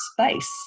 space